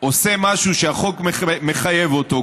עושה משהו שהחוק מחייב אותו,